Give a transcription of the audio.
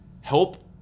help